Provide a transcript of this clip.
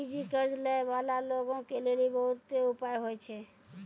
निजी कर्ज लै बाला लोगो के लेली बहुते उपाय होय छै